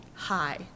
Hi